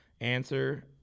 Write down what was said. answer